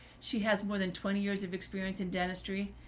she has more than twenty years of experience in dentistry.